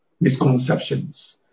misconceptions